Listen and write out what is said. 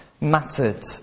mattered